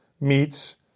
meats